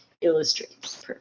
illustrates